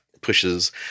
pushes